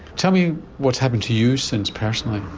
tell me what's happened to you since personally?